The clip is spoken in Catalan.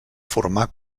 formar